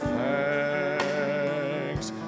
thanks